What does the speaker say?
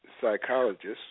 psychologist